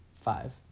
five